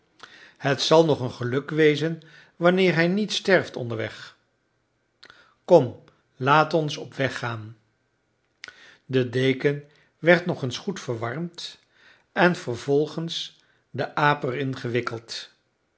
het zal nog een geluk wezen wanneer hij niet sterft onderweg kom laat ons op weg gaan de deken werd nog eens goed verwarmd en vervolgens de aap erin gewikkeld